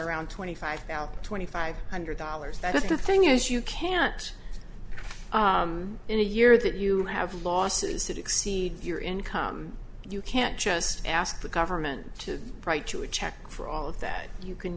around twenty five thousand twenty five hundred dollars that is the thing is you can't in a year that you have losses that exceed your income you can't just ask the government to write you a check for all of that you can